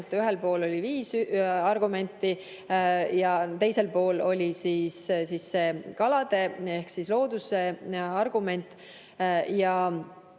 ühel pool oli viis argumenti ja teisel pool oli see kalade ehk looduse argument.